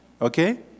okay